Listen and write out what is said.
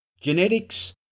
Genetics